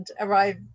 arrive